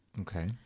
Okay